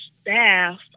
staff